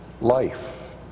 life